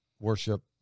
worship